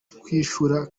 twishyura